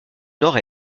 nord